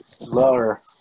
lower